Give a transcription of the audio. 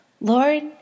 Lord